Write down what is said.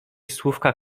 słówka